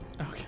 Okay